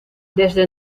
desde